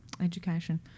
education